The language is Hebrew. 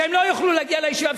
שהם לא יוכלו להגיע לישיבה?